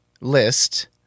list